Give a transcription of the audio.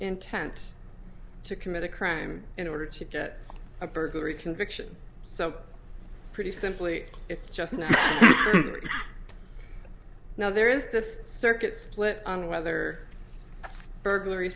intent to commit a crime in order to get a burglary conviction so pretty simply it's just not now there is this circuit split on whether burglary